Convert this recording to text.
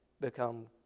become